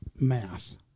math